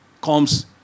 comes